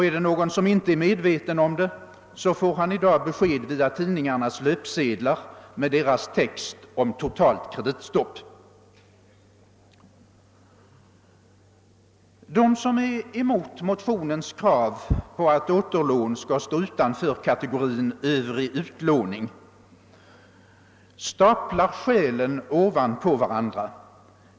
Är det någon som inte är medveten om detta får han i dag besked via tidningarnas löpsedlar med deras text om totalt kreditstopp. De som är emot motionskraven på att återlån skall stå utanför kategorin »Övrig utlåning» staplar skälen ovanpå varandra.